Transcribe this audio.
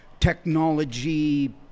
technology